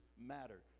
matter